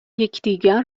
یکدیگر